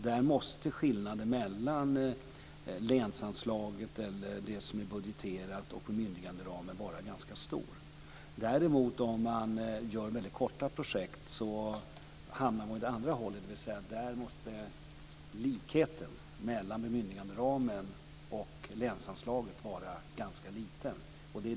Där måste skillnaden mellan länsanslaget eller det som är budgeterat och bemyndiganderamen vara ganska stor. Om man däremot har väldigt kortsiktiga projekt hamnar man på den andra sidan. Där måste likheten mellan bemyndiganderamen och länsanslaget vara ganska liten.